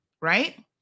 right